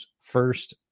first